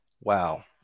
Wow